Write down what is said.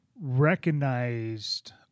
recognized